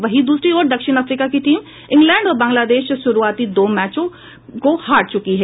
वहीं दूसरी ओर दक्षिण अफ्रीका की टीम इंग्लैंड और बांग्लादेश से शुरुआती दो मैच हार चुकी है